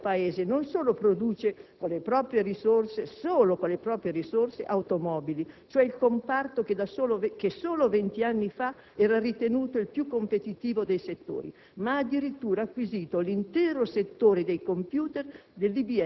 oggi quel Paese non solo produce unicamente con le proprie risorse automobili, cioè il comparto che solo venti anni fa era ritenuto il più competitivo dei settori, ma ha addirittura acquisito l'intero settore dei *computer*